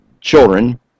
children